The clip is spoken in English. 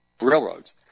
railroads